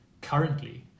currently